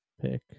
pick